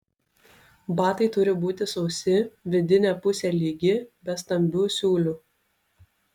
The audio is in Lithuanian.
batai turi būti sausi vidinė pusė lygi be stambių siūlių